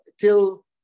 till